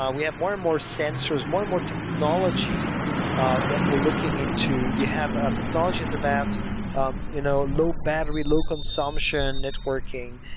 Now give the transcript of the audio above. um we have more and sensors, more and more technologies that we're looking into. you have ah technologies about um you know low battery, low consumption networking.